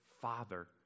father